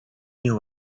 knew